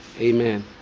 Amen